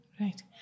right